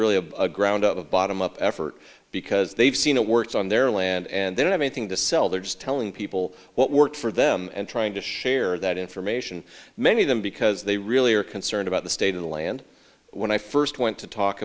really a ground up of bottom up effort because they've seen it works on their land and then i mean thing to sell they're just telling people what worked for them and trying to share that information many of them because they really are concerned about the state of the land when i first went to talk